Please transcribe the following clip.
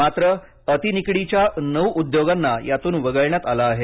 मात्र अति निकडीच्या नऊ उद्योगांना यातून वगळण्यात आलं आहे